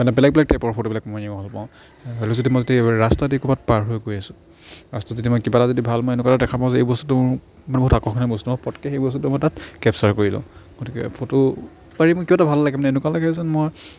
মানে বেলেগ বেলেগ টাইপৰ ফটোবিলাক মাৰি মই ভাল পাওঁ আৰু যদি মই যদি ৰাস্তাদি যদি ক'ৰবাত পাৰ হৈ গৈ আছোঁ ৰাস্তাত যদি মই কিবা এটা যদি ভাল মই এনেুকুৱা এটা দেখা পাওঁ যে এই বস্তুটো মানে বহুত আকৰ্ষণীয় বস্তু মই পটকৈ সেই বস্তুটো মই তাত কেপচাৰ কৰি লওঁ গতিকে ফটো মাৰি মই কিবা এটা ভাল লাগে মানে এনেকুৱা লাগে যেন মই